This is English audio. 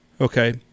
Okay